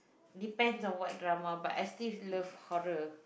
depend on what drama but I still love horror